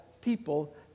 people